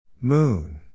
Moon